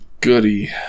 goody